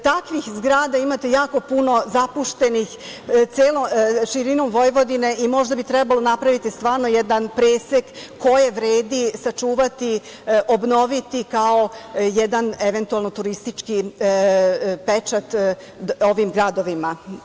Takvih zgrada imate jako puno zapuštenih celom širinom Vojvodine i možda bi trebalo napraviti stvarno jedan presek koje vredi sačuvati, obnoviti kao jedan eventualno turistički pečat ovim gradovima.